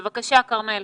בבקשה, כרמל.